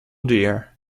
dear